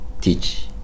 teach